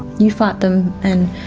you fight them and